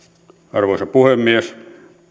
arvoisa puhemies